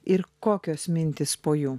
ir kokios mintys po jų